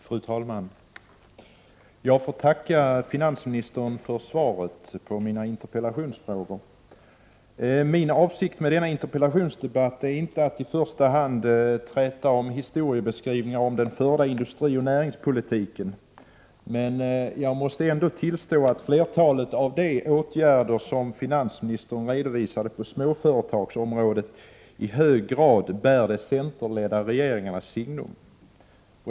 Fru talman! Jag får tacka finansministern för svaret på mina frågor. Min avsikt med denna interpellationsdebatt är inte att i första hand träta om historieskrivningar om den förda industrioch näringspolitiken, men jag måste ändå påstå att flertalet av de åtgärder som finansministern redovisade på småföretagsområdet i hög grad bär de centerledda regeringarnas signum.